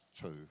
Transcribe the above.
two